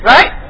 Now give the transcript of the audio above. Right